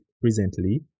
presently